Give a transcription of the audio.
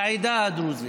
לעדה הדרוזית.